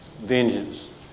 Vengeance